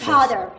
Father